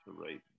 right